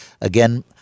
Again